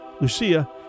Lucia